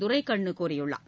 துரைக்கண்ணுகூறியுள்ளார்